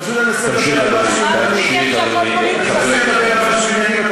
פשוט אני רוצה לדבר על משהו ענייני.